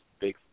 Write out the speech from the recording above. big